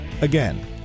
Again